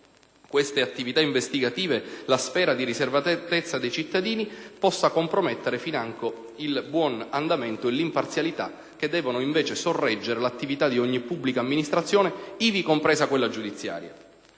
ampiezza), coinvolgenti la sfera di riservatezza dei cittadini, possa compromettere financo il buon andamento e l'imparzialità che devono invece sorreggere l'attività di ogni pubblica amministrazione, ivi compresa quella giudiziaria.